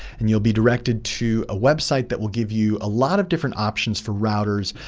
and you'll be directed to a website that will give you a lot of different options for routers,